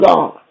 God